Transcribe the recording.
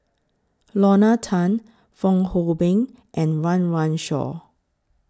Lorna Tan Fong Hoe Beng and Run Run Shaw